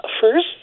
first